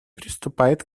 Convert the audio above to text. приступает